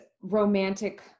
romantic